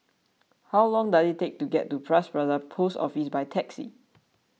how long does it take to get to Bras Basah Post Office by taxi